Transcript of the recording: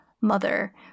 mother